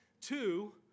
Two